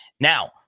Now